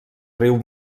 riu